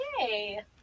Yay